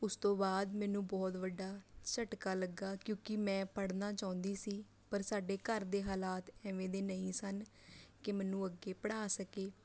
ਉਸ ਤੋਂ ਬਾਅਦ ਮੈਨੂੰ ਬਹੁਤ ਵੱਡਾ ਝਟਕਾ ਲੱਗਾ ਕਿਉਂਕਿ ਮੈਂ ਪੜ੍ਹਨਾ ਚਾਹੁੰਦੀ ਸੀ ਪਰ ਸਾਡੇ ਘਰ ਦੇ ਹਾਲਾਤ ਐਵੇਂ ਦੇ ਨਹੀਂ ਸਨ ਕਿ ਮੈਨੂੰ ਅੱਗੇ ਪੜ੍ਹਾ ਸਕੇ